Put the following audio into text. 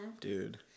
Dude